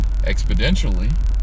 exponentially